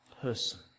person